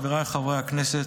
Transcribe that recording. חבריי חברי הכנסת,